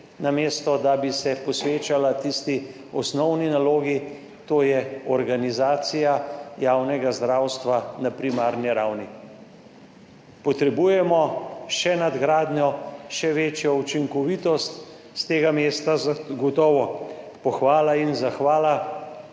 namesto da bi se posvečala tisti osnovni nalogi, to je organizacija javnega zdravstva na primarni ravni. Potrebujemo še nadgradnjo, še večjo učinkovitost. S tega mesta zagotovo pohvala in zahvala